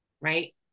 right